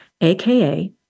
AKA